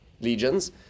legions